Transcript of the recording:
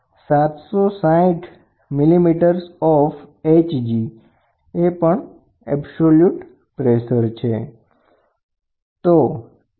gauge pressure એ વાતાવરણીય પ્રેસરની ઉપર છે અને ટોટલ પ્રેસર એ વાતાવરણીય પ્રેસર અને ગેજ પ્રેસરનો સરવાળો છે